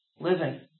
living